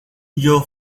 your